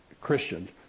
Christians